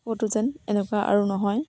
ক'তো যেন এনেকুৱা আৰু নহয়